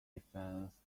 defense